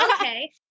Okay